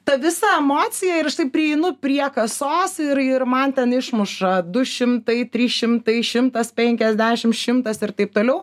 ta visa emocija ir štai prieinu prie kasos ir ir man ten išmuša du šimtai trys šimtai šimtas penkiasdešim šimtas ir taip toliau